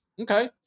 okay